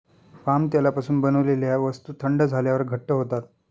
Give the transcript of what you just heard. palm तेलापासून बनवलेल्या वस्तू थंड झाल्यावर घट्ट होतात